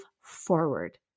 forward